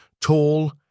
tall